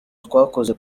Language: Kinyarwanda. twakoze